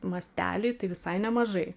mastely tai visai nemažai